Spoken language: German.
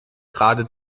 gerade